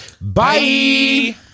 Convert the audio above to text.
Bye